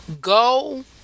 go